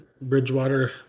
Bridgewater